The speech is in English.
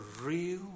real